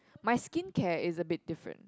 my skincare is a bit different